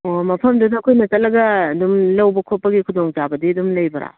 ꯑꯣ ꯃꯐꯝꯗꯨꯗ ꯑꯩꯈꯣꯏꯅ ꯆꯠꯂꯒ ꯑꯗꯨꯝ ꯂꯧꯕ ꯈꯣꯠꯄꯒꯤ ꯈꯨꯗꯣꯡ ꯆꯥꯕꯗꯤ ꯑꯗꯨꯝ ꯂꯩꯕ꯭ꯔꯥ